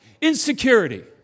Insecurity